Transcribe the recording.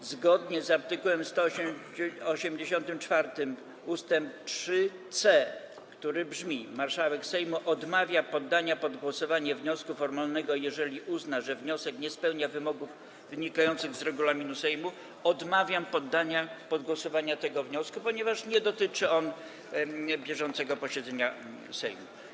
A więc zgodnie z art. 184 ust. 3c, który brzmi: Marszałek Sejmu odmawia poddania pod głosowanie wniosku formalnego, jeżeli uzna, że wniosek nie spełnia wymogów wynikających z regulaminu Sejmu, odmawiam poddania pod głosowanie tego wniosku, ponieważ nie dotyczy on bieżącego posiedzenia Sejmu.